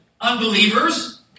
unbelievers